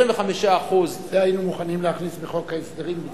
ש-25% את זה היינו מוכנים להכניס בחוק ההסדרים בזמנו.